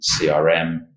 CRM